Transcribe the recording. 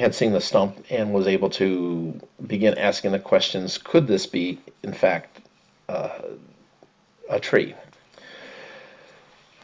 had seen the stump and was able to begin asking the questions could this be in fact a tree